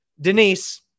Denise